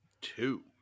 Two